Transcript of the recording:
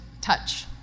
touch